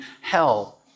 hell